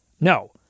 No